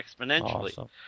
exponentially